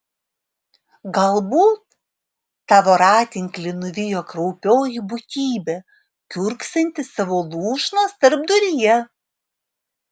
galbūt tą voratinklį nuvijo kraupioji būtybė kiurksanti savo lūšnos tarpduryje